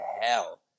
hell